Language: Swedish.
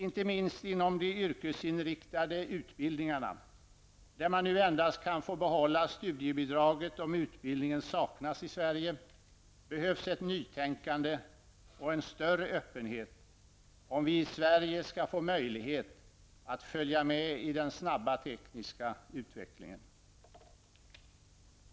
Inte minst inom de yrkesinriktade utbildningarna, där man nu endast kan få behålla studiebidraget om utbildningen saknas i Sverige, behövs ett nytänkande och en större öppenhet om vi i Sverige skall få möjlighet att följa med i den snabba tekniska utvecklingen.